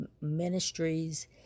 ministries